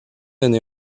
année